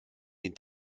den